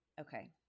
Okay